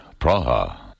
Praha